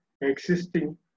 existing